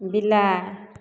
बिलाड़ि